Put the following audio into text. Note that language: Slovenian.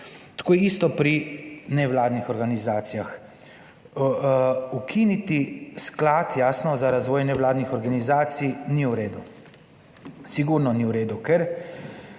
Tako je isto pri nevladnih organizacijah. Ukiniti sklad, jasno, za razvoj nevladnih organizacij ni v redu. Sigurno ni v redu, ker